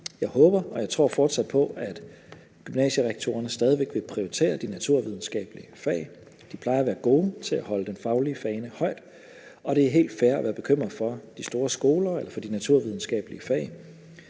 Jeg håber og tror på, at gymnasierektorerne fortsat vil prioritere de naturvidenskabelige fag. De plejer at være gode til at holde den faglige fane højt. Og det er helt fair at være bekymret for de store skoler eller for de naturvidenskabelige fag,